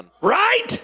Right